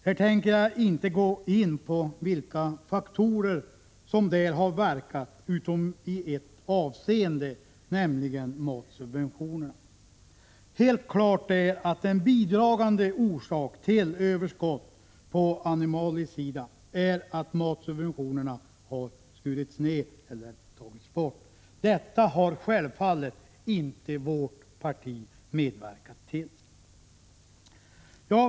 Här tänker jag inte gå in på de faktorer som har spelat en roll, utom på en punkt, nämligen beträffande matsubventionerna. Helt klart är att en bidragande orsak till överskottet på animaliesidan är att matsubventionerna har skurits ned eller tagits bort. Detta har vårt parti självfallet inte medverkat till.